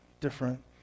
different